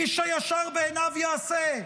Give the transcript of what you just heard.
איש הישר בעיניו יעשה.